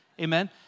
Amen